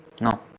no